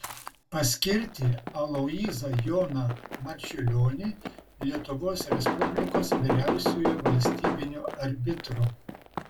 paskirti aloyzą joną marčiulionį lietuvos respublikos vyriausiuoju valstybiniu arbitru